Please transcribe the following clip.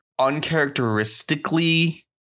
uncharacteristically